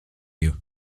you